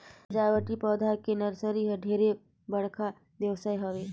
सजावटी पउधा के नरसरी ह ढेरे बड़का बेवसाय हवे